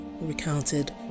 recounted